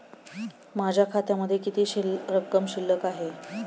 माझ्या खात्यामध्ये किती रक्कम शिल्लक आहे?